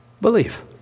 Belief